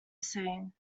sang